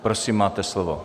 Prosím, máte slovo.